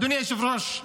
אדוני היושב-ראש,